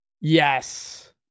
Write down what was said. Yes